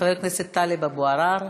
חבר הכנסת טלב אבו עראר,